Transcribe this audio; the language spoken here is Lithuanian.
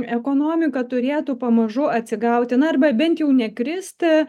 ekonomika turėtų pamažu atsigauti na arba bent jau nekristi